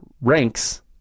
ranks